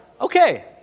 okay